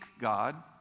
God